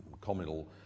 communal